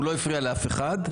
הוא לא הפריע לאף אחד,